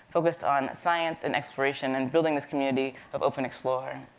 focused on science and exploration, and building this community of open explorer.